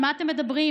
על מה אתם מדברים?